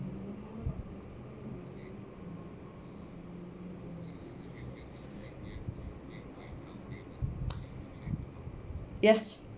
yes